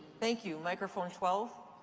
thank you. microphone twelve?